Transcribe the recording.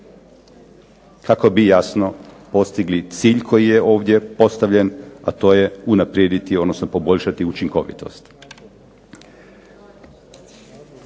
kako bi jasno postigli cilj koji je ovdje postavljen, a to je unaprijediti, odnosno poboljšati učinkovitost.